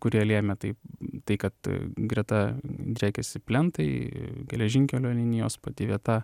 kurie lėmė tai tai kad greta driekėsi plentai geležinkelio linijos pati vieta